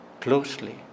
closely